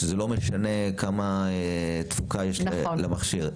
שזה לא משנה כמה תפוקה יש למכשיר.